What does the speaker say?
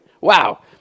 Wow